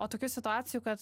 o tokių situacijų kad